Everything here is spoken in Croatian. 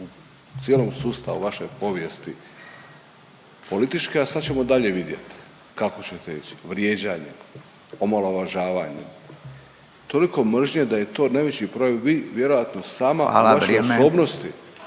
u cijelom sustavu vaše povijesti političke, a sad ćemo dalje vidjeti kako ćete ići vrijeđanjem, omalovažavanjem. Toliko mržnje da je to najveći, vi vjerojatno sama … …/Upadica